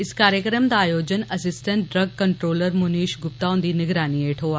इस कार्यक्रम दा आयोजन assistant drug controller Munish Gupta हुन्दी निगरानी हेठ होआ